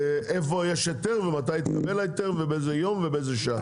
איפה יש היתר ומתי התקבל ההיתר ובאיזה יום ובאיזה שעה.